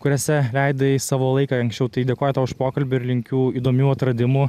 kuriose leidai savo laiką anksčiau tai dėkoju tau už pokalbį ir linkiu įdomių atradimų